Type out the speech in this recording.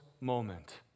moment